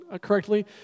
correctly